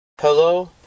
Hello